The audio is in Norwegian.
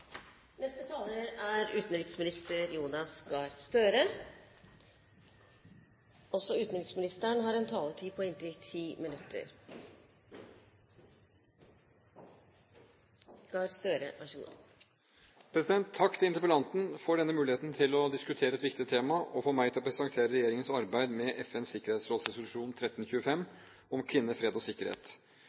Takk til interpellanten for denne muligheten til å diskutere et viktig tema og for meg til å presentere regjeringens arbeid med FNs sikkerhetsråds resolusjon 1325 om kvinner, fred og sikkerhet.